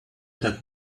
that